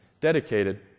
dedicated